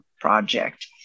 Project